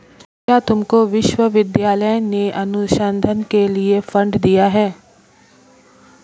क्या तुमको विश्वविद्यालय ने अनुसंधान के लिए फंड दिए हैं?